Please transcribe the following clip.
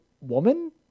woman